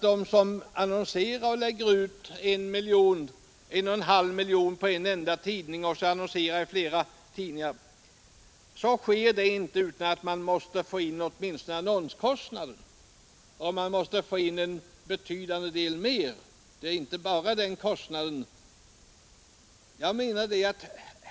De som annonserar för sådana belopp inte bara i en utan kanske i flera tidningar måste naturligtvis som resultat av annonseringen få in inte enbart annonskostnaderna utan även betydande summor därutöver; de har ju även andra kostnader.